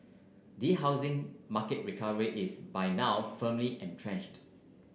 the housing market recovery is by now firmly entrenched